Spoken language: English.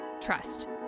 trust